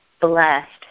blessed